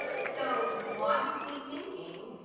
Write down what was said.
so logically thinking,